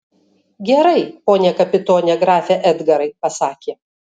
gerai pone kapitone grafe edgarai pasakė